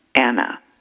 Anna